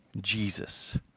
Jesus